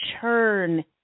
churn